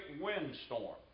windstorm